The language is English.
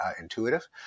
intuitive